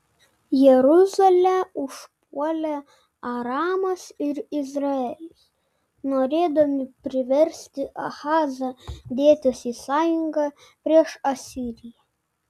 jeruzalę užpuolė aramas ir izraelis norėdami priversti ahazą dėtis į sąjungą prieš asiriją